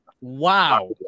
Wow